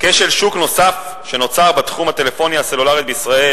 כשל שוק נוסף שנוצר בתחום הטלפוניה הסלולרית בישראל